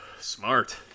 Smart